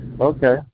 Okay